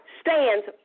stands